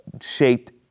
shaped